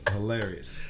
Hilarious